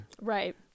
right